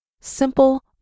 simple